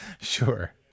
Sure